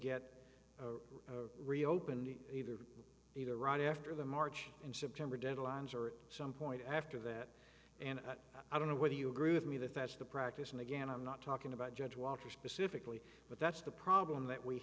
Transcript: get reopened either to either right after the march in september deadlines or at some point after that and i don't know whether you agree with me that that's the practice and again i'm not talking about judge walter specifically but that's the problem that we